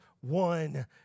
one